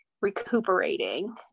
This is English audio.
recuperating